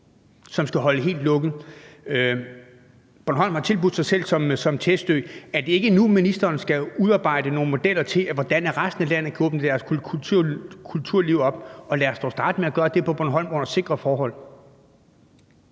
som skal holde lukket. Bornholm har tilbudt sig selv som testø. Er det ikke nu, ministeren skal udarbejde nogle modeller for, hvordan resten af landet kan åbne deres kulturliv? Og lad os dog starte med at gøre det på Bornholm under sikre forhold.